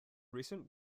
recent